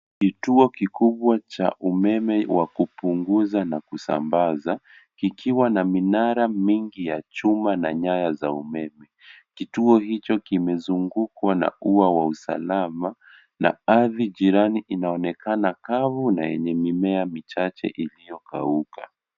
Kituo kikubwa cha umeme wa kupunguza na kusambaza, kikiwa na minara mingi ya chuma na nyaya za umeme. Kituo hicho kimezungukwa na ua wa usalama na ardhi jirani inaonekana kavu na yenye mimea michache iliyokauka.